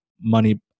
money